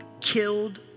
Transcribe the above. killed